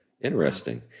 Interesting